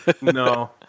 No